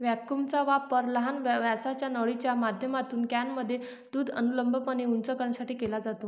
व्हॅक्यूमचा वापर लहान व्यासाच्या नळीच्या माध्यमातून कॅनमध्ये दूध अनुलंबपणे उंच करण्यासाठी केला जातो